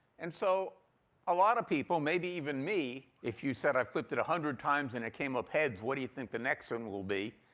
and so a lot of people, maybe even me, if you said, i flipped it one hundred times and it came up heads. what do you think the next one will be?